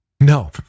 No